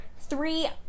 three